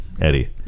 Eddie